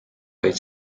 vaid